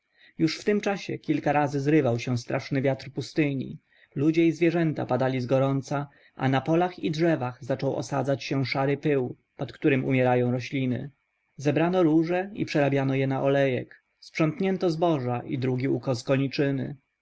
już w tym czasie kilka razy zrywał się straszny wiatr pustyni ludzie i zwierzęta padali z gorąca a na polach i drzewach zaczął osiadać szary pył pod którym umierają rośliny zebrano róże i przerabiano je na olejek sprzątnięto zboża i drugi ukos